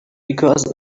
because